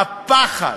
הפחד,